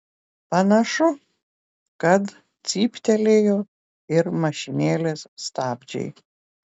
panašu kad cyptelėjo ir mašinėlės stabdžiai